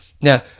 Now